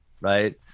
Right